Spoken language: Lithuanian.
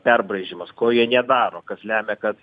perbraižymas ko jie nedaro kas lemia kad